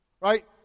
Right